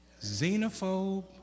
xenophobe